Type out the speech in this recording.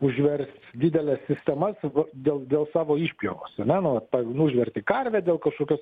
užvers dideles sistemas dėl dėl dėl savo išpjovos ar ne na vat ten užverti karvę dėl kažkokios